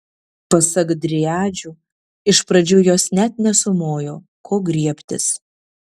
pasak driadžių iš pradžių jos net nesumojo ko griebtis